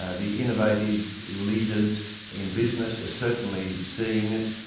ah the innovative leaders in business are certainly seeing it.